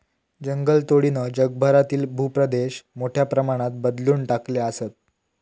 जंगलतोडीनं जगभरातील भूप्रदेश मोठ्या प्रमाणात बदलवून टाकले आसत